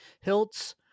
hilts